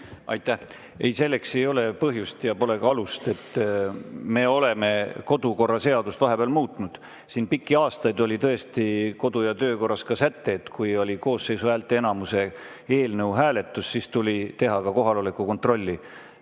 Aitäh! Ei, selleks ei ole põhjust ja pole ka alust. Me oleme kodukorraseadust vahepeal muutnud. Pikki aastaid oli tõesti kodu- ja töökorras säte, et kui oli koosseisu häälteenamust [nõudva] eelnõu hääletus, siis tuli teha ka kohaloleku kontroll.